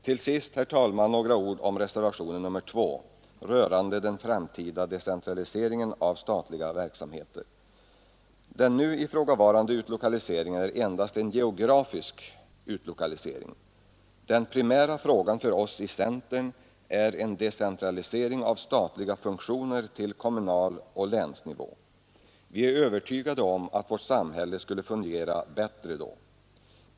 Till sist, herr talman, några ord om reservationen 2 rörande den framtida decentraliseringen av statliga verksamheter. Den nu ifrågavarande utlokaliseringen är endast en geografisk utlokalisering. Den primära frågan för oss i centern är en decentralisering av statliga funktioner till kommunal nivå och länsnivå. Vi är övertygade om att vårt samhälle skulle fungera bättre om en sådan decentralisering gjordes.